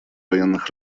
военных